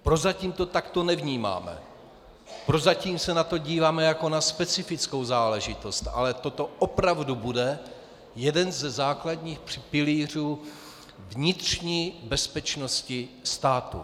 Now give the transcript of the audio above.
Prozatím to takto nevnímáme, prozatím se na to díváme jako na specifickou záležitost, ale toto opravdu bude jeden ze základních pilířů vnitřní bezpečnosti státu.